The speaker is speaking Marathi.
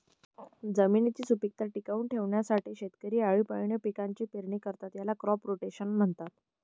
जमिनीची सुपीकता टिकवून ठेवण्यासाठी शेतकरी आळीपाळीने पिकांची पेरणी करतात, याला क्रॉप रोटेशन म्हणतात